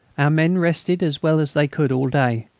our men rested as well as they could all day,